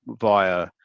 via